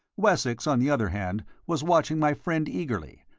wessex, on the other hand, was watching my friend eagerly,